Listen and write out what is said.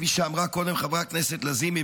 כפי שאמרה קודם חברת הכנסת לזימי,